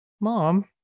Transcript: Mom